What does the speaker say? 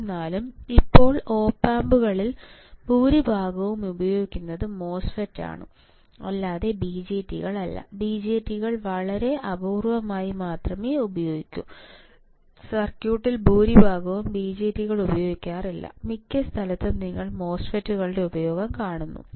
എന്നിരുന്നാലും ഇപ്പോൾ ഓപ് ആമ്പുകളിൽ ഭൂരിഭാഗവും ഉപയോഗിക്കുന്നത് മോസ്ഫെറ്റാണ് അല്ലാതെ ബിജെടികളല്ല BJT കൾ വളരെ അപൂർവമായി മാത്രമേ ഉപയോഗിക്കൂ സർക്യൂട്ടിൽ ഭൂരിഭാഗവും BJT കൾ ഉപയോഗിക്കാറില്ല മിക്ക സ്ഥലത്തും നിങ്ങൾ MOSFET കളുടെ ഉപയോഗം കാണുന്നു